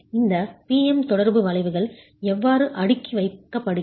இந்த P M தொடர்பு வளைவுகள் எவ்வாறு அடுக்கி வைக்கப்படுகின்றன